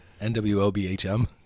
N-W-O-B-H-M